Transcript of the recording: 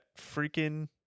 freaking